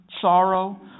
sorrow